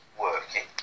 working